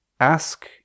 Ask